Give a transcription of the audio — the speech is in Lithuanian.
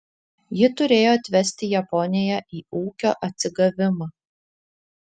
ji turėjo atvesti japoniją į ūkio atsigavimą